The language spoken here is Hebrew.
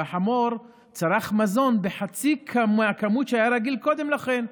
והחמור צרך מזון בחצי מהכמות שהיה רגיל קודם לכן,